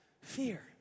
fear